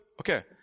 Okay